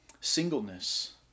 singleness